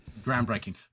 groundbreaking